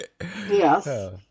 Yes